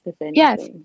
yes